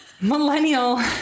millennial